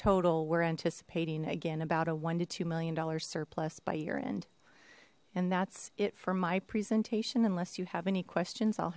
total we're anticipating again about a one to two million dollar surplus by year end and that's it for my presentation unless you have any questions i'll